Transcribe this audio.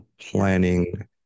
planning